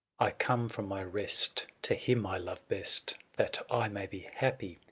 i come from my rest to him i love best, that i may be happy,